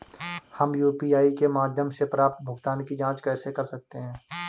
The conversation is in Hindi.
हम यू.पी.आई के माध्यम से प्राप्त भुगतान की जॉंच कैसे कर सकते हैं?